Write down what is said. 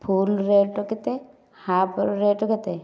ଫୁଲ୍ର rate କେତେ ହାଫ୍ର rate କେତେ